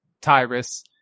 Tyrus